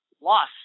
lost